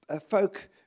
folk